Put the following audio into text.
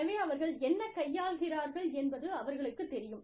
எனவே அவர்கள் என்ன கையாள்கிறார்கள் என்பது அவர்களுக்குத் தெரியும்